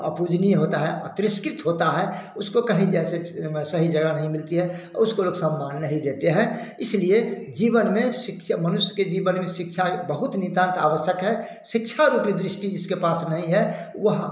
अपूजनीय होता है तिरस्कृत होता है उसको कहीं जैसे सही जगह नहीं मिलती है उसको लोग सम्मान नहीं देते हैं इसलिए जीवन में शिक्ष मनुष्य के जीवन में शिक्षा बहुत नितांत आवश्यक है शिक्षा रूपी दृष्टि जिसके पास नहीं है वह